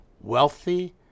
wealthy